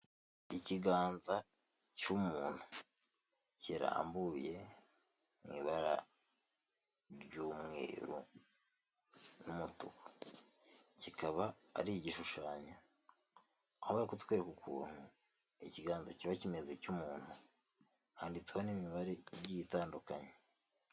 Ikiganza cy'umuntu kirambuye mu ibara ry'umweru n'umutuku kikaba ari igishushanyo aho bari kutwereka ukuntu ikiganza kiba kimeze cy'umuntu handitsweho n'imibare igiye itandukanye.